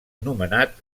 nomenat